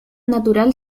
natural